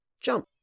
jump